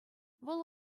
вӑл